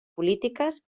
polítiques